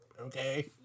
okay